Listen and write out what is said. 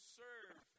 serve